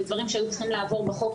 ודברים שהיו צריכים לעבור בחוק,